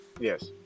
yes